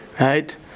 Right